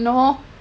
no